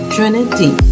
Trinity